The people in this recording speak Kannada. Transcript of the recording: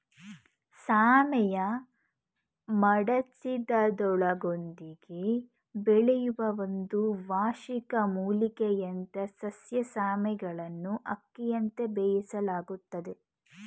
ಸಾಮೆಯು ಮಡಚಿದ ದಳಗಳೊಂದಿಗೆ ಬೆಳೆಯುವ ಒಂದು ವಾರ್ಷಿಕ ಮೂಲಿಕೆಯಂಥಸಸ್ಯ ಸಾಮೆಯನ್ನುಅಕ್ಕಿಯಂತೆ ಬೇಯಿಸಲಾಗ್ತದೆ